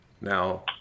now